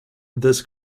this